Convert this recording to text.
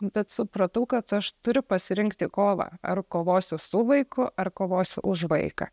bet supratau kad aš turiu pasirinkti kovą ar kovosiu su vaiku ar kovosiu už vaiką